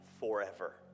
forever